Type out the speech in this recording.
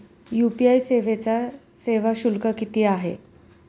UPI सेवेचा सेवा शुल्क किती आहे?